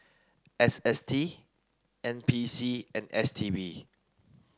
S S T N P C and S T B